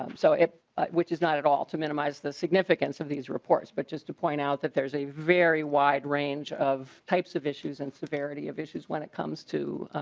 um so which is not at all to minimize the significance of these reports but just to point out that there's a very wide range of types of issues and severity of issues when it comes to